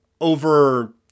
over